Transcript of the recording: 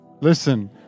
Listen